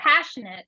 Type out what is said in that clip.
passionate